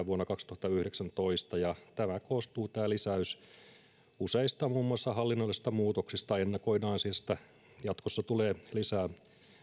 vuonna kaksituhattayhdeksäntoista ja tämä lisäys koostuu useista muun muassa hallinnollisista muutoksista ennakoidaan siis että jatkossa tulee lisää